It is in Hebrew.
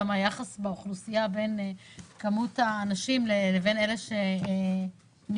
גם היחס באוכלוסייה בין כמות האנשים לבין אלה שנפגעו